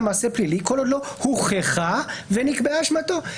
מעשה פלילי כל עוד לא הוכחה ונקבעה אשמתו.